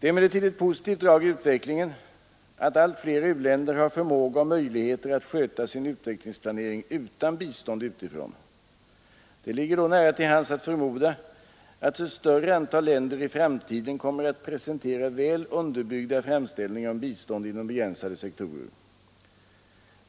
Det är emellertid ett positivt drag i utvecklingen att allt flera u-länder har förmåga och möjligheter att sköta sin utvecklingsplanering utan bistånd utifrån. Det ligger då nära till hands förmoda att ett större antal länder i framtiden kommer att presentera väl underbyggda framställningar om bistånd inom begränsade sektorer.